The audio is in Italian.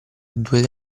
due